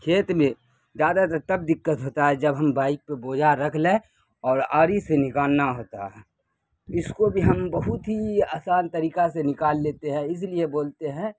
کھیت میں زیادہ تر تب دقت ہوتا ہے جب ہم بائک پہ بوجھا رکھ لیں اور آری سے نکالنا ہوتا ہے اس کو بھی ہم بہت ہی آسان طریقہ سے نکال لیتے ہیں اس لیے بولتے ہیں